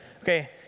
Okay